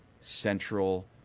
central